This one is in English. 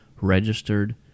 registered